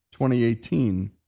2018